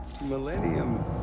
Millennium